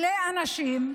מלא אנשים,